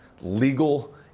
legal